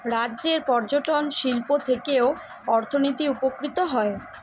রাজ্যের পর্যটন শিল্প থেকেও অর্থনীতি উপকৃত হয়